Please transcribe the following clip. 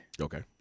Okay